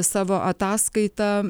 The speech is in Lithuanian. savo ataskaitą